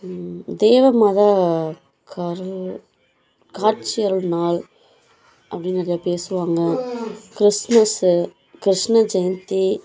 தேவ மதம் கருள் காட்சி அருளும் நாள் அப்டிங்கிறத பேசுவாங்கள் கிறிஸ்மஸ் கிருஷ்ண ஜெயந்தி